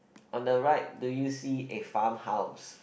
on the right do you see a farm house